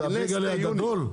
זה הבייגלה הגדול?